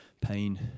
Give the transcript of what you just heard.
pain